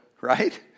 Right